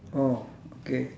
orh okay